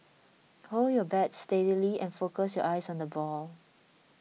hold your bat steady and focus your eyes on the ball